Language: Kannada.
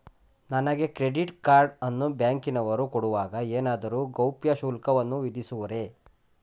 ನನಗೆ ಕ್ರೆಡಿಟ್ ಕಾರ್ಡ್ ಅನ್ನು ಬ್ಯಾಂಕಿನವರು ಕೊಡುವಾಗ ಏನಾದರೂ ಗೌಪ್ಯ ಶುಲ್ಕವನ್ನು ವಿಧಿಸುವರೇ?